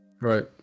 right